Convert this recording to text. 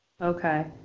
Okay